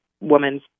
woman's